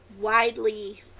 widely